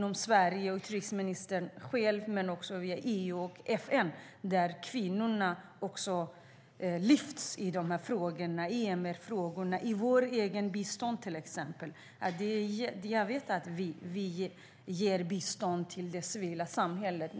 Om vi talar om vårt eget bistånd till exempel vet jag att vi ger bistånd till det civila samhället.